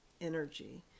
energy